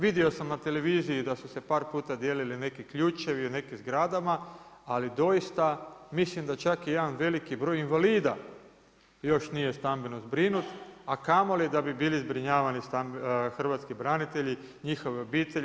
Vidio sam na televiziji, da su se par puta dijelili neki ključevi u nekim zgradama ali doista mislim da čak i jedan veliki broj invalida još nije stambeno zbrinut, a kamoli da bi bili zbrinjavani hrvatski branitelji, njihove obitelji.